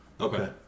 Okay